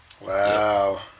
wow